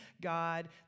God